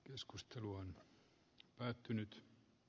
keskustelu on päättynyt